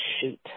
shoot